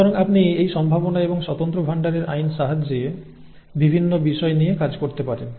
সুতরাং আপনি এই সম্ভাবনা এবং স্বতন্ত্র ভাণ্ডারের আইনের সাহায্যে বিভিন্ন বিষয় নিয়ে কাজ করতে পারেন